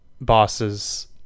bosses